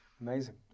amazing